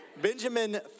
Benjamin